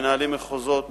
מנהלי מחוזות,